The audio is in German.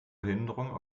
behinderungen